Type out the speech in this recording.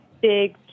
big